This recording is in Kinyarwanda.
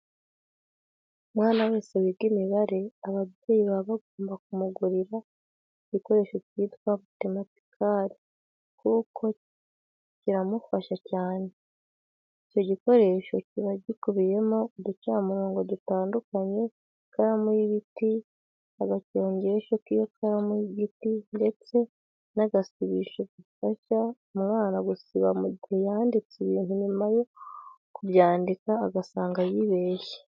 Umwana wese wiga imibare, ababyeyi baba bagomba kumugurira igikoresho cyitwa matematikari kuko kiramufasha cyane. Icyo gikoresho kiba gikubiyemo: uducamirongo dutandukanye, ikaramu y'ibiti, agacongesho kiyo karamu y'igiti ndetse nagasibisho gafasha umwana gusiba mugihe yanditse ibintu nyuma yo kubyandika agasanga yibeshye.